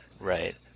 right